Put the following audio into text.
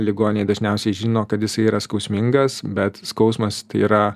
ligoniai dažniausiai žino kad jisai yra skausmingas bet skausmas yra